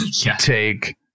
take